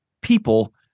people